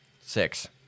Six